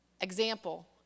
Example